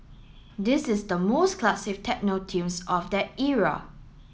this is the most classic techno tunes of that era